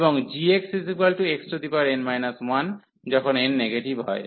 এবং gxxn 1 যখন n negative হয়